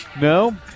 No